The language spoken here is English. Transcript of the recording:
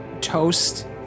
Toast